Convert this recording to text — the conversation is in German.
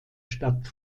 stadt